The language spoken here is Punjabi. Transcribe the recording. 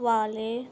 ਵਾਲੇ